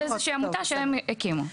זו איזושהי עמותה שהם הקימו.